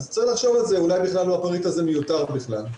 אז צריך לחשוב על זה, אולי הפריט מיותר בכלל.